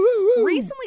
recently